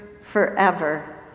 Forever